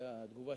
זו התגובה